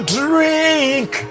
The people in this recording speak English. drink